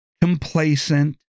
complacent